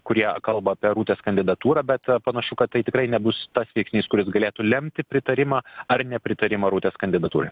kurie kalba apie rutės kandidatūrą bet panašu kad tai tikrai nebus tas veiksnys kuris galėtų lemti pritarimą ar nepritarimą rutės kandidatūrai